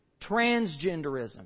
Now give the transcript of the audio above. transgenderism